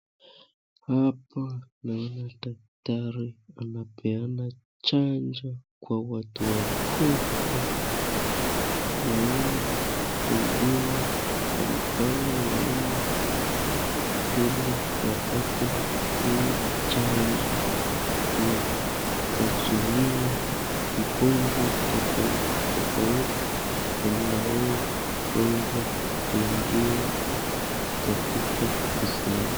Hapa naona daktari anapeana chanjo kwa watu wakubwa, naona wengine wamepanga laini ili wapate hii chanjo na wazuie ugonjwa tofauti tofauti inayoweza kuingia katika uzeeni.